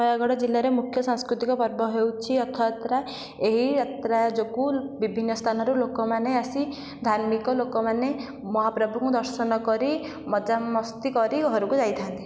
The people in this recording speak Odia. ନୟାଗଡ଼ ଜିଲ୍ଲାରେ ମୁଖ୍ୟ ସାଂସ୍କୃତିକ ପର୍ବ ହେଉଛି ରଥଯାତ୍ରା ଏହି ଯାତ୍ରା ଯୋଗୁଁ ବିଭିନ୍ନ ସ୍ଥାନରୁ ଲୋକମାନେ ଆସି ଧାର୍ମିକ ଲୋକ ମାନେ ମହାପ୍ରଭୁଙ୍କୁ ଦର୍ଶନ କରି ମଜାମସ୍ତି କରି ଘରକୁ ଯାଇଥାନ୍ତି